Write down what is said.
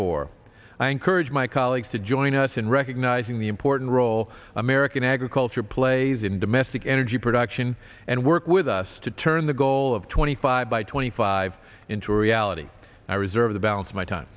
for i encourage my colleagues to join us in recognizing the important role american agriculture plays in domestic energy production and work with us to turn the goal of twenty five by twenty five into a reality i reserve the balance of my time